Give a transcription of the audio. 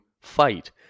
fight